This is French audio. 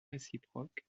réciproque